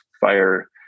fire